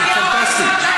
זה פנטסטי.